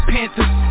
Panthers